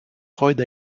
rhode